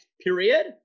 period